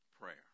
Prayer